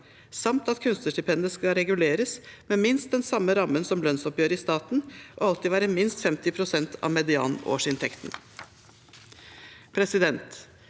samt at kunstnerstipendene skal reguleres med minst den samme rammen som lønnsoppgjøret i staten, og alltid være minst 50 pst. av median årsinntekt. Sosialistisk